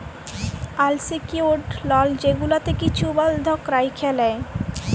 আল secured লল যেগুলাতে কিছু বল্ধক রাইখে লেই